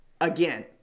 Again